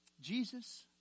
Jesus